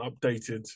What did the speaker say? updated